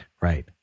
right